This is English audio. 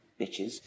Bitches